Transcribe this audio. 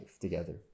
together